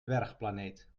dwergplaneet